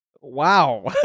Wow